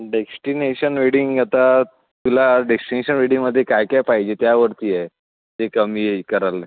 destination wedding आता तुला destination वेडिंगमध्ये काय काय पाहिजे त्यावरती आहे ते कमी कराले